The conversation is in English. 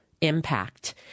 impact